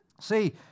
See